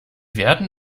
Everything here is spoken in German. werden